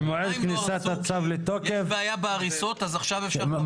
ששנתיים לא הרסו כי יש בעיה בהריסות אז עכשיו אפשר לחבר לחשמל?